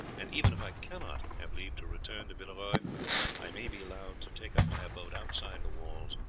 and even if i cannot have leave to return to villeroy i may be allowed to take up my abode outside the walls,